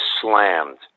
slammed